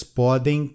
podem